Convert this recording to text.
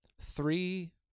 three